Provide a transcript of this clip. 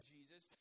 Jesus